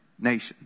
nation